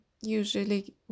usually